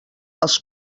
els